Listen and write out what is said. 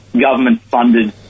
government-funded